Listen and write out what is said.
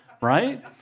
right